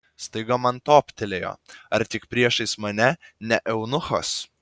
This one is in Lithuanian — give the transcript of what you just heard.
staiga man toptelėjo ar tik priešais mane ne eunuchas